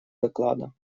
доклада